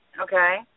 okay